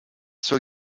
zur